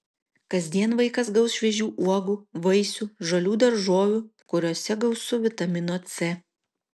kasdien vaikas gaus šviežių uogų vaisių žalių daržovių kuriose gausu vitamino c